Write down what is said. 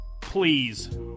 Please